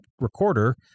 recorder